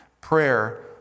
Prayer